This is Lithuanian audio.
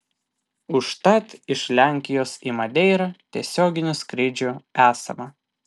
užtat iš lenkijos į madeirą tiesioginių skrydžių esama